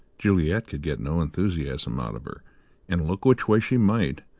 juliet could get no enthusiasm out of her and, look which way she might,